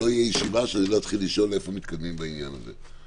אני מבטיח לך שלא תהיה ישיבה שלא אתחיל בשאלה איך מתקדמים בעניין הזה.